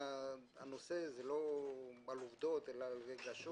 הנושא הוא לא על עובדות אלא על רגשות.